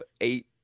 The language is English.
eight